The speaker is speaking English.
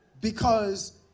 because